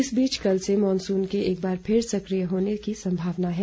इस बीच कल से मॉनसून के एक बार फिर सक्रिय होने की संभावना है